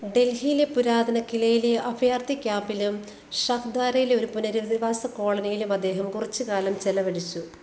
ഡൽഹിയിലെ പുരാന കിലയിലെ അഭയാർത്ഥി ക്യാമ്പിലും ഷഹ്ദാരയിലെ ഒരു പുനരധിവാസ കോളനിയിലും അദ്ദേഹം കുറച്ചുകാലം ചെലവഴിച്ചു